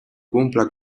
cumpla